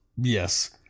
Yes